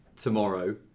tomorrow